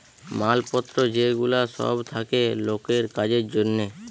মাল পত্র যে গুলা সব থাকে লোকের কাজের জন্যে